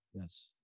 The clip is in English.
Yes